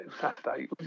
Saturday